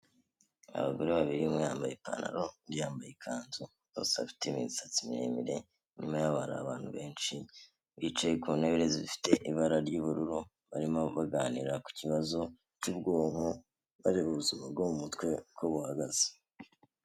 Abagore babiri umwe yambaye ipantaro, undi yambaye ikanzu bose afite imisatsi miremire, inyuma yabo hari abantu benshi bicaye ku ntebe zifite ibara ry'ubururu, barimo baganira ku kibazo cy'ubwonko, bareba ubuzima bwo mu mutwe uko buhagaze.